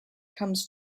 comes